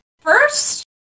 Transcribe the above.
first